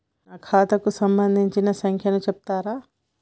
నా ఖాతా కు సంబంధించిన సంఖ్య ను చెప్తరా?